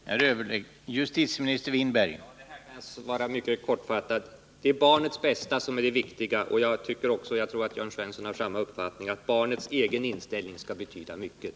Herr talman! På det här kan jag svara mycket kortfattat. Det är barnets Om användningen bästa som är det viktiga. Jag tror att Jörn Svensson har samma uppfattning, ay polis i arbetsatt barnets egen inställning skall betyda mycket.